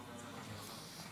בשש השנים שאני בכנסת,